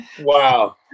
Wow